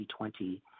2020